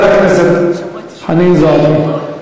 חברת הכנסת חנין זועבי.